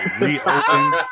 reopen